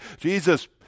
Jesus